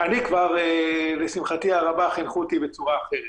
אני כבר, לשמחתי הרבה, חינכו אותי בצורה אחרת.